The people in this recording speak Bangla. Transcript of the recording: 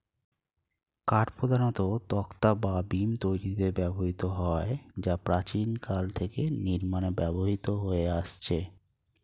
কাঠ প্রধানত তক্তা বা বিম তৈরিতে ব্যবহৃত হয় যা প্রাচীনকাল থেকে নির্মাণে ব্যবহৃত হয়ে আসছে